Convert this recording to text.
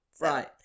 Right